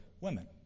Women